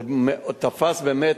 זה תפס באמת,